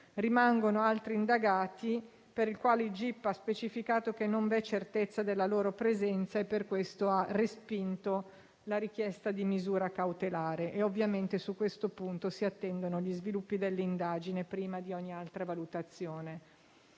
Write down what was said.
Rimangono altri indagati per i quali il gip ha specificato che non v'è certezza della loro presenza e per questo ha respinto la richiesta di misura cautelare. Ovviamente, su questo punto si attendono gli sviluppi dell'indagine prima di ogni altra valutazione.